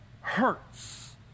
hurts